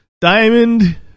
Diamond